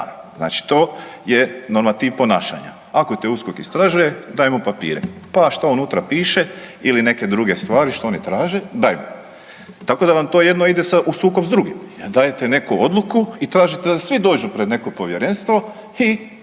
Znači to je normativ ponašanja, ako te USKOK istražuje daj mu papire pa šta unutra piše ili neke druge stvari što oni traže daj mu. Tako da vam to jedno ide u sukob s drugom, dajte neku odluku i tražite da svi dođu pred neko povjerenstvo i